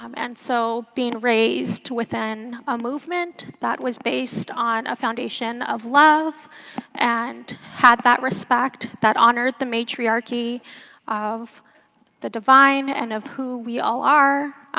um and so being raised within a movement, that was based on a foundation of love and had that respect that honors the matriarchy of the divine and of who we all are.